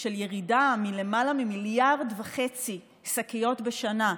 של ירידה מלמעלה מ-1.5 מיליארד שקיות בשנה,